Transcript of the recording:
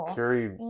Carrie